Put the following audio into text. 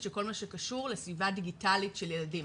של כל מה שקשור לסביבה דיגיטלית של ילדים.